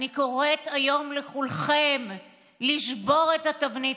אני קוראת היום לכולכם לשבור את התבנית